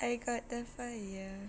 I got the fire